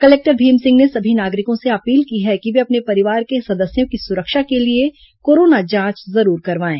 collector Bhim Singh ने सभी नागरिकों से अपील की है कि वे अपने परिवार के सदस्यों की सुरक्षा के लिए कोरोना जांच जरूर करवाएं